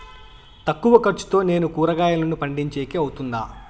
తక్కువ ఖర్చుతో నేను కూరగాయలను పండించేకి అవుతుందా?